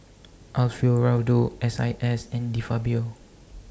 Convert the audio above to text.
Alfio Raldo S I S and De Fabio